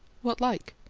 what like?